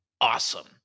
awesome